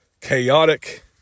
chaotic